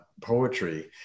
poetry